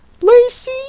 Lacey